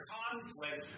conflict